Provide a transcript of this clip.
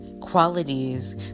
qualities